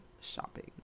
shopping